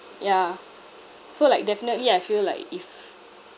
ya so like definitely I feel like if